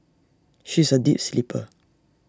she is A deep sleeper